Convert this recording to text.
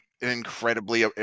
incredibly